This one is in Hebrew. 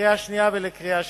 לקריאה שנייה ולקריאה שלישית.